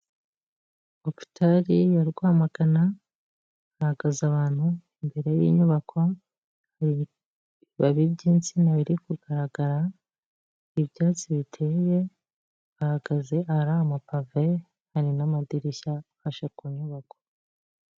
Hopitari ya Rwamagana hahagaze abantu imbere y'inyubako, ibibabi by'insina biri kugaragara, ibyatsi biteye bahagaze ahari amapave, hari n'amadirishya afashe ku nyubako.